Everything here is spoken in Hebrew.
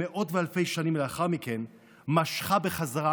ומאות ואלפי שנים לאחר מכן משכה בחזרה